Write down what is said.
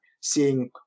seeing